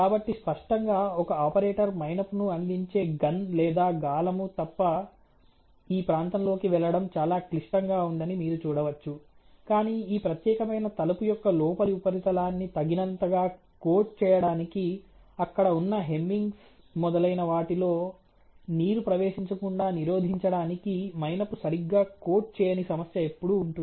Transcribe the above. కాబట్టి స్పష్టంగా ఒక ఆపరేటర్ మైనపును అందించే గన్ లేదా గాలము తప్ప ఈ ప్రాంతంలోకి వెళ్ళడం చాలా క్లిష్టంగా ఉందని మీరు చూడవచ్చు కాని ఈ ప్రత్యేకమైన తలుపు యొక్క లోపలి ఉపరితలాన్ని తగినంతగా కోట్ చేయడానికి అక్కడ ఉన్న హెమ్మింగ్స్ మొదలైన వాటిలో నీరు ప్రవేశించకుండా నిరోధించడానికి మైనపు సరిగ్గా కోట్ చేయని సమస్య ఎప్పుడూ ఉంటుంది